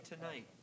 tonight